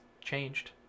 changed